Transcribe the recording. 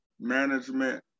management